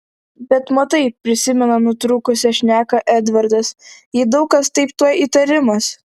bet matai prisimena nutrūkusią šneką edvardas jei daug kas taip tuoj įtarimas